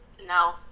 no